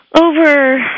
over